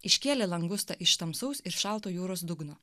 iškėlė langustą iš tamsaus ir šalto jūros dugno